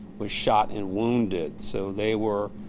was shot and wounded. so, they were